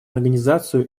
организацию